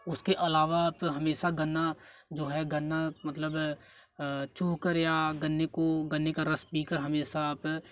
उसके अलवा तो हमेशा गन्ना जो है गन्ना मतलब छु करें या गन्ने को गन्ने का रस पीकर हमेशा आप